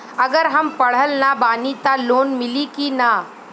अगर हम पढ़ल ना बानी त लोन मिली कि ना?